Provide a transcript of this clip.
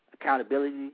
Accountability